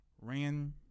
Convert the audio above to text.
Ran